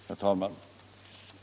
Herr talman!